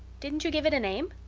didn't you give it a name?